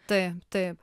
taip taip